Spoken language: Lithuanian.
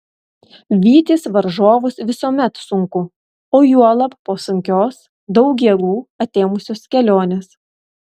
vytis varžovus visuomet sunku o juolab po sunkios daug jėgų atėmusios kelionės